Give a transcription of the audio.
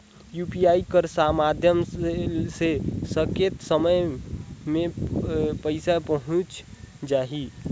UPI कर माध्यम से कतेक समय मे पइसा पहुंच जाहि?